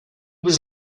was